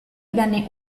viene